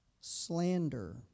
slander